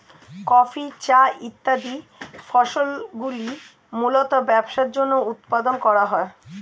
coffee, চা ইত্যাদি ফসলগুলি মূলতঃ ব্যবসার জন্য উৎপাদন করা হয়